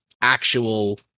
actual